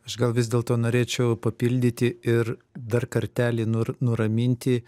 aš gal vis dėlto norėčiau papildyti ir dar kartelį nur nuraminti